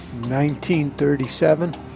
1937